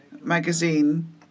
magazine